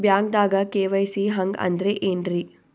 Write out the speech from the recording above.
ಬ್ಯಾಂಕ್ದಾಗ ಕೆ.ವೈ.ಸಿ ಹಂಗ್ ಅಂದ್ರೆ ಏನ್ರೀ?